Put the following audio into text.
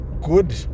good